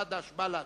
חד"ש,